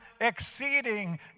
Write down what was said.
exceeding